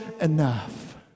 enough